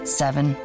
seven